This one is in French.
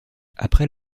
après